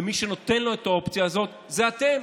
ומי שנותן לו את האופציה הזאת זה אתם.